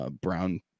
Brown